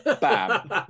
Bam